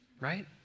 right